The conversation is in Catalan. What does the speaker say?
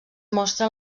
mostra